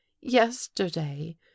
yesterday